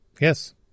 Yes